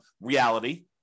reality